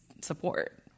support